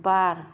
बार